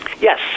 Yes